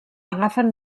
agafen